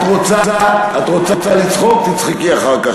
את רוצה לצחוק, תצחקי אחר כך.